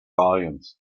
volumes